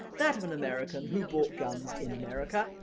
that of an american who bought guns in america,